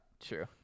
true